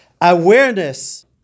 awareness